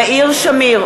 יאיר שמיר,